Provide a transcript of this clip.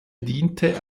diente